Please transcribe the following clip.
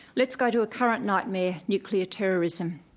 let's go to a current nightmare nuclear terrorism.